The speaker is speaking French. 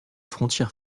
frontière